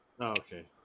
okay